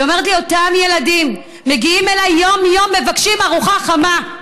היא אומרת לי: אותם ילדים מגיעים אליי יום-יום ומבקשים ארוחה חמה,